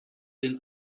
den